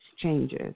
changes